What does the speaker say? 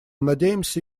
надеемся